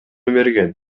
берген